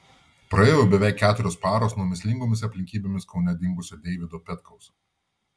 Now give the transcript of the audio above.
praėjo jau beveik keturios paros nuo mįslingomis aplinkybėmis kaune dingusio deivido petkaus